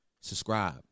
Subscribe